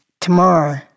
tomorrow